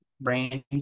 brain